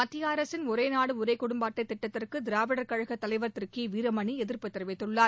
மத்திய அரசின் ஒரே நாடு ஒரே குடும்ப அட்டை திட்டத்திற்கு திராவிடர் கழகத் தலைவர் திரு கி வீரமணி எதிர்ப்புத் தெரிவித்துள்ளார்